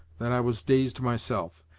that i was dazed, myself,